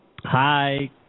Hi